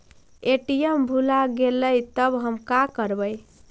ATM भुला गेलय तब हम काकरवय?